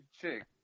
chick